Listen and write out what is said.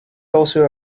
also